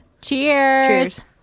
Cheers